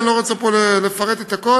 אני לא רוצה לפרט פה את הכול.